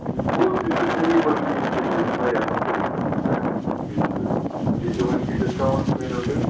full تہِ چھُ semi pashmina تہِ چھُ واریاہ مختلف قٕسٕم چھِ اَسہِ نِش تہٕ اِوٕنۍ کہِ ڈِسکاوُنٹ تہِ مٮ۪لو تۄہہِ